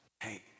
hey